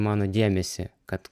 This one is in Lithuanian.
mano dėmesį kad